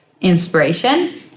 inspiration